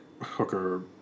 hooker